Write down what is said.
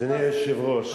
אדוני היושב-ראש,